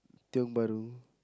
Tiong-Bahru